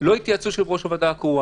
לא התייעצו שם עם יושב-ראש הוועדה הקרואה